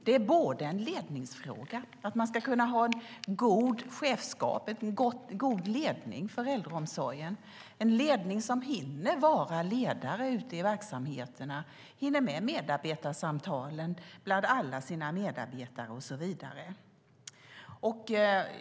Det är en ledningsfråga - man ska kunna ha ett gott chefskap och en god ledning för äldreomsorgen, en ledning som hinner vara ledare ute i verksamheterna, hinner med medarbetarsamtalen med alla sina medarbetare och så vidare.